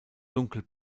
dunkel